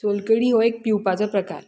सोलकडी हो एक पिवपाचो प्रकार